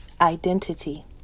identity